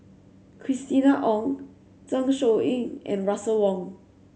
Christina Ong Zeng Shouyin and Russel Wong